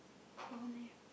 don't have